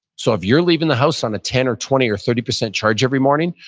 so if you're leaving the house on a ten, or twenty or thirty percent charge every morning,